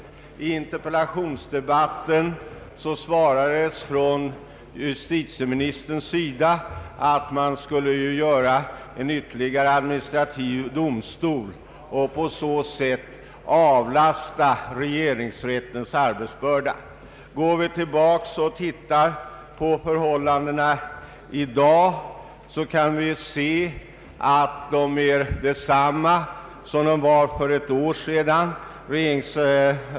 I - interpellationsdebatten «svarade justitieministern att man genom inrättandet av ytterligare en administrativ domstol skulle lätta regeringsrättens arbetsbörda. Förhållandena är i dag desamma som för ett år sedan.